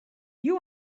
you